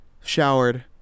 showered